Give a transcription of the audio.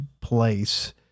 place